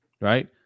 Right